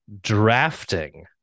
drafting